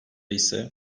ise